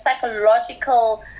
psychological